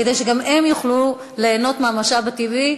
כדי שגם הם יוכלו ליהנות מהמשאב הטבעי,